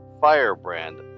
Firebrand